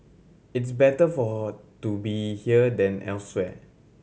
it's better for her to be here than elsewhere